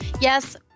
Yes